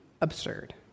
absurd